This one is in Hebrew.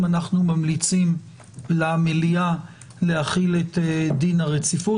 אנחנו ממליצים למליאה להחיל את דין הרציפות.